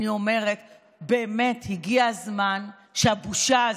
אני אומרת: באמת הגיע הזמן שהבושה הזאת,